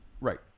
Right